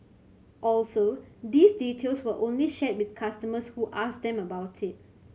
also these details were only shared with customers who asked them about it